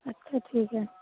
अच्छा ठीक है